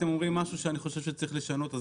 אתם אומרים משהו שאני חושב שצריך לשנות,